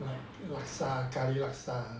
laksa curry laksa